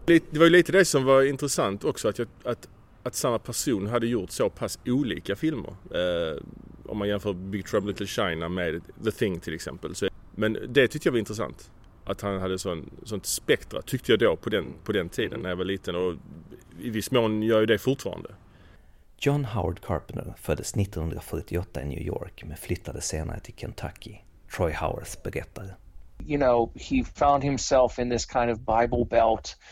Lite- det var ju lite det som var intressant också, att jag- att- att samma person hade gjort så pass olika filmer. Eh, om man jämför Big Trouble in Little China med The Thing till exempel, så- men det tyckte jag var intressant, att han hade sån- sånt spektra, tyckte jag då på den- på den tiden när jag var liten, och i viss mån gör jag det fortfarande. John Howard Carpenter föddes 1948 i New York, men flyttade senare till Kentucky. Troy Howarth berättar. You know, he found himself in this kind of Bible Belt